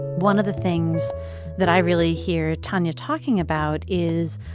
one of the things that i really hear tonia talking about is,